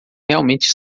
realmente